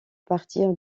partir